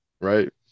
right